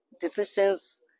decisions